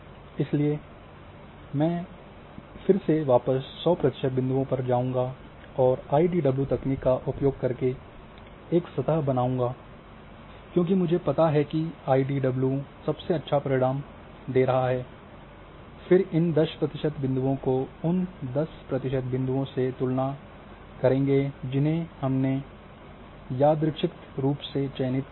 इसलिए फिर मैं वापिस सौ प्रतिशत बिंदुओं पर वापस जाएंगे और आईडीडब्लू तकनीक का उपयोग करके एक सतह बनाऊँगा क्योंकि मुझे पता है कि आईडीडब्लू सबसे अच्छा परिणाम दे रहा है फिर इन 10 प्रतिशत बिंदुओं को उन 10 प्रतिशत बिंदुओं से तुलना करेंगे जिन्हें हमने यादृच्छिक रूप से चयनित किया था